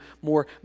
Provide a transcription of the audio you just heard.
more